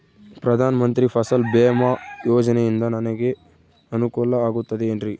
ಪ್ರಧಾನ ಮಂತ್ರಿ ಫಸಲ್ ಭೇಮಾ ಯೋಜನೆಯಿಂದ ನನಗೆ ಅನುಕೂಲ ಆಗುತ್ತದೆ ಎನ್ರಿ?